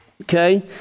Okay